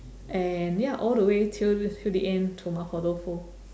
and ya all the way till till the end to 麻婆豆腐